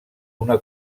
una